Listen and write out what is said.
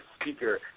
speaker